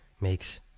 makes